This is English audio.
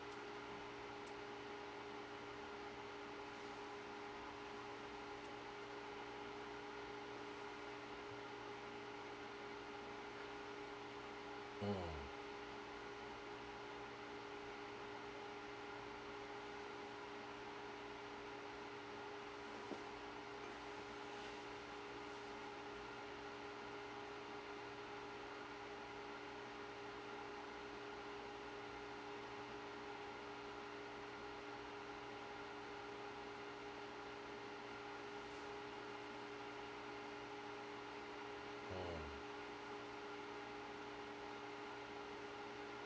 mm mm